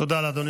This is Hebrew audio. תודה לאדוני.